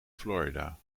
florida